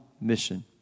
mission